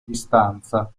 distanza